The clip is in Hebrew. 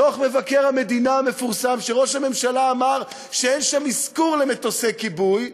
דוח מבקר המדינה המפורסם שראש הממשלה אמר שאין שם אזכור למטוסי כיבוי.